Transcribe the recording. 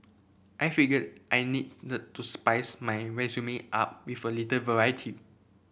I figured I need to spice my resume up with a little variety